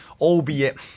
albeit